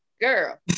Girl